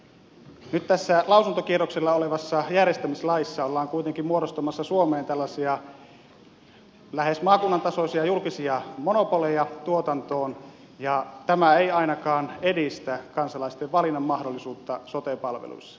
nyt tässä lausuntokierroksella olevassa järjestämislaissa ollaan kuitenkin muodostamassa suomeen tällaisia lähes maakunnan tasoisia julkisia monopoleja tuotantoon ja tämä ei ainakaan edistä kansalaisten valinnanmahdollisuutta sote palveluissa